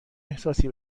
احساسی